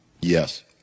Yes